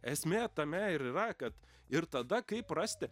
esmė tame ir yra kad ir tada kaip rasti